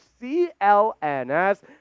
clns